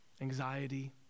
anxiety